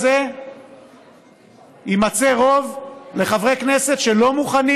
הכנסת הזה יימצא רוב לחברי כנסת שלא מוכנים